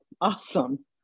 Awesome